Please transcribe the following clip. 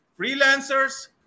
freelancers